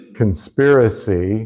conspiracy